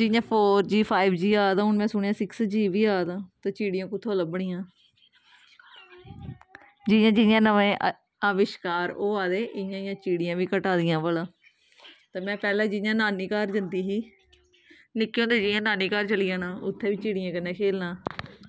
जियां four G five G आ दा हून में सुनेआ सिक्स जी बी आ दा ते चिड़ियां कु'त्थूं लब्भनियां जियां जियां नमें अविश्कार होआ दे इ'यां इ'यां चिड़ियां बी घटा दियां भला ते में पैह्लें जियां नानी घर जंदी ही निक्के होंदे जियां नानी घर चली जाना उत्थें बी चिड़ियें कन्नै खेलना